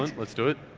let's do it.